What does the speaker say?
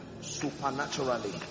supernaturally